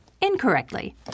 Incorrectly